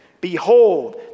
Behold